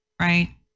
right